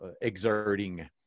exerting